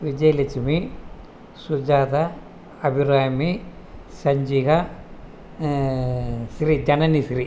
Vijayalakshmi Sujatha Abirami Sanjika Sri Janani Sri